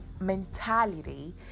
mentality